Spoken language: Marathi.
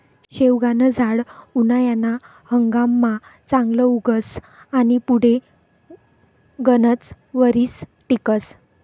शेवगानं झाड उनायाना हंगाममा चांगलं उगस आनी पुढे गनच वरीस टिकस